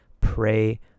pray